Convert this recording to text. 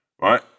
right